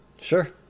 Sure